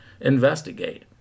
investigate